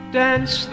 dance